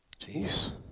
Jeez